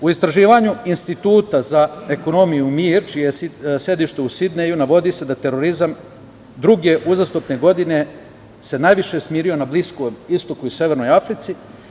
U istraživanju Instituta za ekonomiju i mir, čije je sedište u Sidneju, navodi se da se terorizam druge uzastopne godine najviše smirio na Bliskom istoku i Severnoj Africi.